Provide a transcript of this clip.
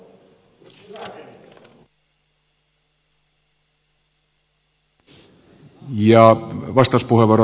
arvoisa herra puhemies